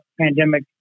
pandemic